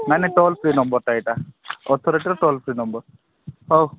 ମାନେ toll free ନମ୍ବର୍ଟା ଏଇଟା ଅଥରିଟିର ଟୋଲ୍ ଫ୍ରି ନମ୍ବର୍ ହଉ